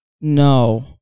No